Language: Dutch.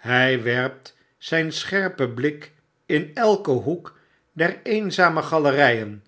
hjj werpt zgn scherpen blik in elken hoek der eenzame galerften